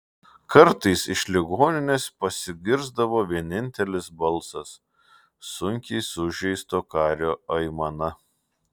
kartais iš ligoninės pasigirsdavo vienintelis balsas sunkiai sužeisto kario aimana